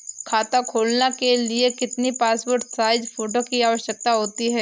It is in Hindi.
खाता खोलना के लिए कितनी पासपोर्ट साइज फोटो की आवश्यकता होती है?